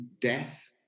death